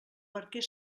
barquer